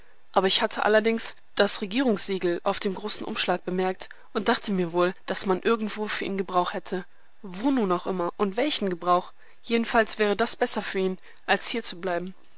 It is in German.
aber ich hatte allerdings das regierungssiegel auf dem großen umschlag bemerkt und dachte mir wohl daß man irgendwo für ihn gebrauch hätte wo nun auch immer und welchen gebrauch jedenfalls wäre das besser für ihn als hier zu bleiben